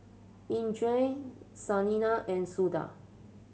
Indranee Saina and Suda